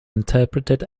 interpreted